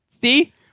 See